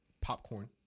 popcorn